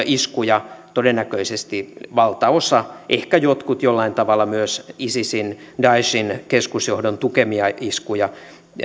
iskuja todennäköisesti valtaosa ehkä jotkut jollain tavalla myös isisin daeshin keskusjohdon tukemia iskuja